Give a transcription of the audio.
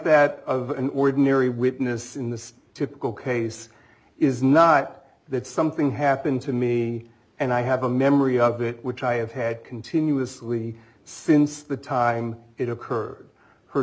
that of an ordinary witness in the typical case is not that something happened to me and i have a memory of it which i have had continuously since the time it occurred her